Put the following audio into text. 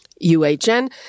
UHN